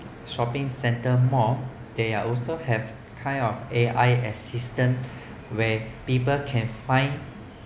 shopping centre mall they are also have kind of A_I assistance where people can find